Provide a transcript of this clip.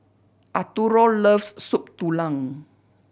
Arturo loves Soup Tulang